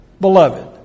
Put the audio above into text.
beloved